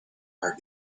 her